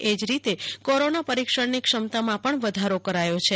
એજ રીતે કોરોના પરીક્ષણની ક્ષમતામાં પણ વધારો કરાયો છે